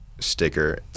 sticker